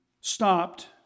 stopped